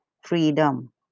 freedom